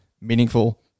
meaningful